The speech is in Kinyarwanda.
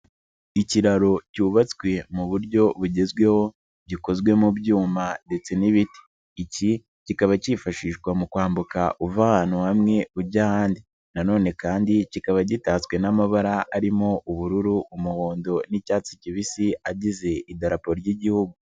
Ikiraro cyubatswe mu buryo bugezweho, gikozwe mu byuma ndetse n'ibiti, iki kikaba cyifashishwa mu kwambuka uva ahantu hamwe ujya ahandi, na nonene kandi kikaba gitatswe n'amabara, arimo ubururu, umuhondo n'icyatsi kibisi, agize idarapo ry'igihugu.